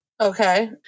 okay